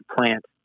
plant